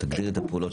תקנה 8